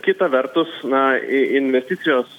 kita vertus na i investicijos